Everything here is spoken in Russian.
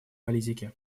политики